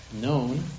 known